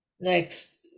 Next